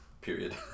period